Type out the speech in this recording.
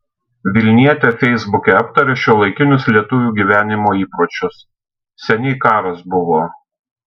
vilnietė feisbuke aptarė šiuolaikinius lietuvių gyvenimo įpročius seniai karas buvo